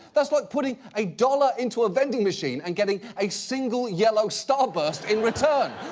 that's like putting a dollar into a vending machine, and getting a single, yellow starburst in return.